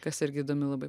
kas irgi įdomi labai